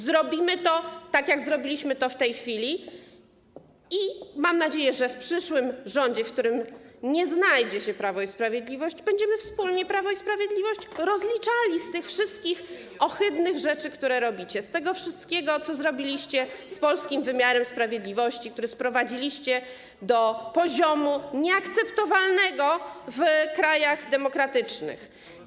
Zrobimy to, tak jak zrobiliśmy to w tej chwili, i mam nadzieję, że w przyszłym rządzie, w którym nie znajdzie się Prawo i Sprawiedliwość, będziemy wspólnie Prawo i Sprawiedliwość rozliczali z tych wszystkich ohydnych rzeczy, które robicie, z tego wszystkiego, co zrobiliście z polskim wymiarem sprawiedliwości, który sprowadziliście do poziomu nieakceptowalnego w krajach demokratycznych.